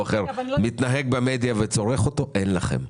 אחר מתנהג במדיה וצורך אותו אין לכם.